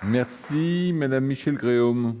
explication de vote.